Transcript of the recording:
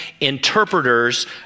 interpreters